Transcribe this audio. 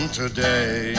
today